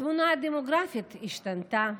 התמונה הדמוגרפית השתנתה,